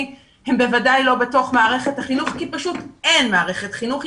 הם בוודאי לא בתוך מערכת החינוך כי פשוט אין מערכת חינוך,